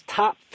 top